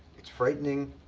it's frightening.